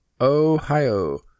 Ohio